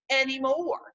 anymore